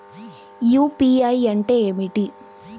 UPI అంటే ఏమిటి?